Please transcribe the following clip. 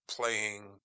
playing